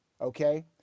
okay